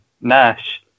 Nash